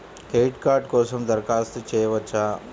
Credit card కోసం దరఖాస్తు చేయవచ్చా?